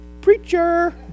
Preacher